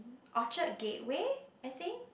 Orchard Gateway I think